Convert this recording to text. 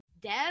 Dev